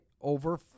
over